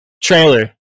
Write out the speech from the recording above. trailer